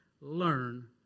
Learn